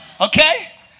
okay